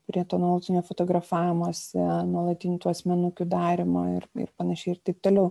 prie to nuolatinio fotografavimosi nuolatinių tų asmenukių darymo ir panašiai ir taip toliau